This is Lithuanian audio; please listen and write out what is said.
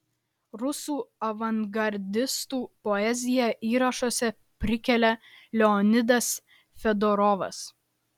rusų avangardistų poeziją įrašuose prikelia leonidas fedorovas